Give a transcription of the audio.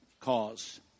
cause